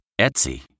Etsy